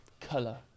color